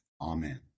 Amen